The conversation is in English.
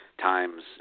Times